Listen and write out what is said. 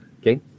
Okay